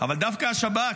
אבל דווקא השב"כ,